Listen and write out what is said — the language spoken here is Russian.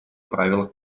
правилах